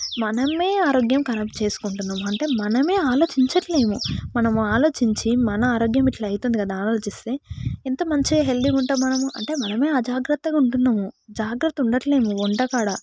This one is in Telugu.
మనమే ఆరోగ్యం ఖరాబ్ చేసుకుంటున్నాము అంటే మనమే ఆలోచించడం లేము మనము ఆలోచించి మన ఆరోగ్యం ఇట్లా అవుతుంది కదా అని ఆలోచిస్తే ఎంత మంచిగా హెల్తీగా ఉంటాం మనము అంటే మనం అజాగ్రత్తగా ఉంటున్నాము జాగ్రత్తగా ఉండట్లేము వంటల కాడ